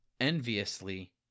enviously